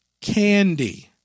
Candy